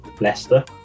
Leicester